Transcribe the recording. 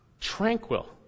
tranquil